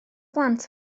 blant